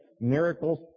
miracles